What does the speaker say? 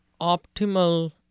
optimal